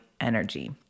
energy